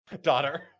daughter